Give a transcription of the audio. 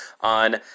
on